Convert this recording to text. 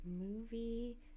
movie